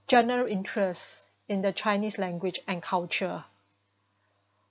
general interest in the chinese language and culture